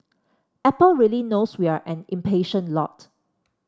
apple really knows we are an impatient lot